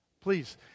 please